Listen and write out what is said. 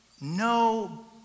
No